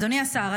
אדוני השר,